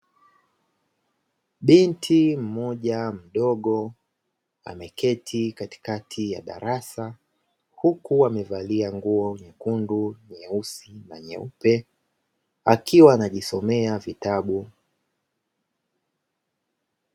Binti mmoja mdogo ameketi katikati ya darasa, huku amevalia nguo nyekundu, nyeusi na nyeupe, akiwa anajisomea vitabu.